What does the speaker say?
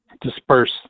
disperse